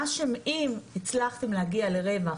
אם הצלחתם להגיע לרווח